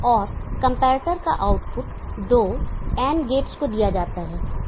और कंपैरेटर का output 2 AND gates को दिया जाता है